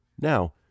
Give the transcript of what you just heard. Now